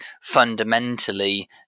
fundamentally